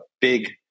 big